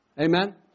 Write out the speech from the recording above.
Amen